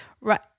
right